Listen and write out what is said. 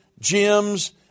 gyms